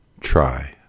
try